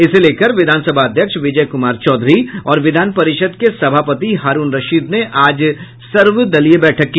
इसे लेकर विधानसभा अध्यक्ष विजय कुमार चौधरी और विधान परिषद् के सभापति हारूण रशीद ने आज सर्वदलीय बैठक की